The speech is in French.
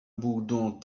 bourdon